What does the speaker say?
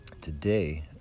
today